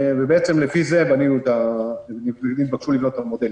ולפי זה נתבקשו לבנות את המודל.